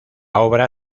obra